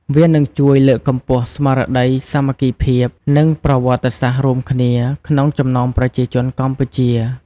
វានឹងជួយលើកកម្ពស់ ស្មារតីសាមគ្គីភាព និង ប្រវត្តិសាស្ត្ររួមគ្នា ក្នុងចំណោមប្រជាជនកម្ពុជា។